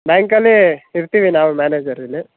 ಬ್ಯಾಂಕಲ್ಲಿ ಇರ್ತೀವಿ ನಾವು ಮ್ಯಾನೇಜರ್ ಇಲ್ಲಿ